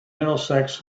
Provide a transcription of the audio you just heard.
middlesex